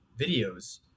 videos